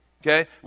Okay